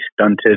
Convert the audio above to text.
stunted